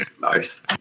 Nice